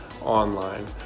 online